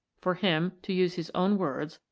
for him, to use his own words,